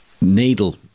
needle